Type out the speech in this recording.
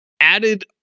added